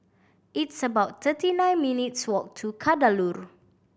it's about thirty nine minutes' walk to Kadaloor